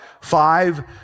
five